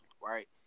Right